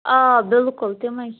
آ بِلکُل تِمے